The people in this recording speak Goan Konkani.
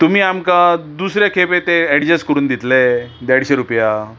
तुमी आमकां दुसरे खेपे ते एडजस्ट करून दितले देडशे रुप्या